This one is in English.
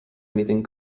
anything